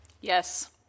yes